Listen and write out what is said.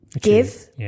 give